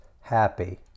happy